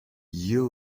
you